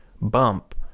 bump